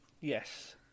Yes